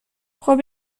خوب